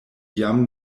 jam